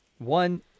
One